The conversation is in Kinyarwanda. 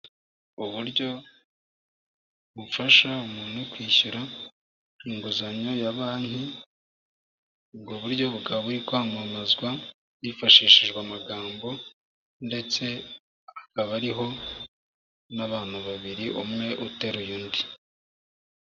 Uburyo bufasha umuntu kwishyura inguzanyo ya banki, ubwo buryo bukaba buri kwamamazwa, hifashishijwe amagambo ndetse akaba ariho n'abantu babiri, umwe uteruye undi.